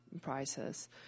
prices